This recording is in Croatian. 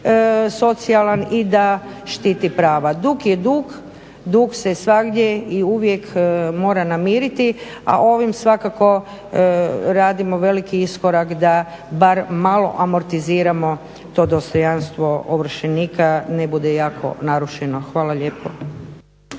socijalan i da štiti prava. Dug je dug, dug se svagdje i uvijek mora namiriti, a ovim svakako radimo veliki iskorak da bar malo amortiziramo to dostojanstvo ovršenika ne bude jako narušeno. Hvala lijepo.